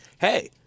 hey